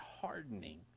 hardening